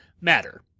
matter